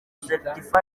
certified